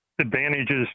advantages